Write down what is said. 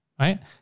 right